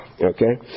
okay